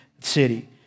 city